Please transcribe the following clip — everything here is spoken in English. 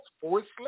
forced